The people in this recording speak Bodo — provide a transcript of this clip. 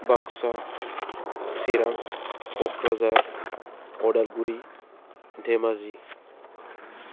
बाक्सा चिरां क'क्राझार अदालगुरि धेमाजि